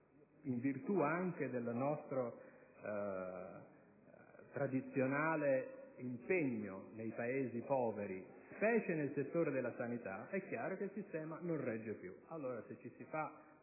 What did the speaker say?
in virtù del nostro tradizionale impegno nei Paesi poveri, specialmente nel settore della sanità, è chiaro che il sistema non regge più.